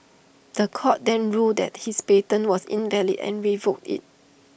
The Court then ruled that his patent was invalid and revoked IT